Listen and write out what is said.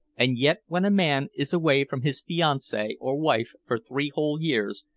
and yet when a man is away from his fiancee or wife for three whole years,